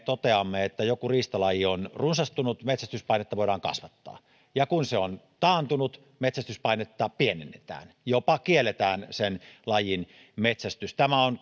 toteamme että joku riistalaji on runsastunut metsästyspainetta voidaan kasvattaa ja kun se on taantunut metsästyspainetta pienennetään jopa kielletään sen lajin metsästys tämä on